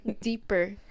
Deeper